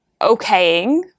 okaying